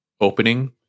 opening